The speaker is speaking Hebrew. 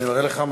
אני מראה לך,